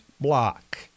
block